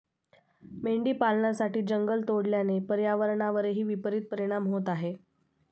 मेंढी पालनासाठी जंगल तोडल्याने पर्यावरणावरही विपरित परिणाम होत आहे